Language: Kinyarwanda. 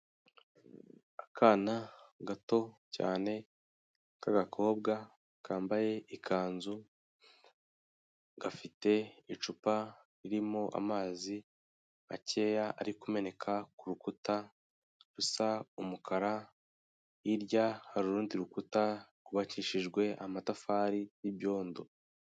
Akana gato cyane k'agakobwa kambaye ikanzu, gafite icupa ririmo amazi makeya ari kumeneka ku rukuta rusa umukara, hirya hari urundi rukuta rwubakishijwe amatafari y'ibyondo.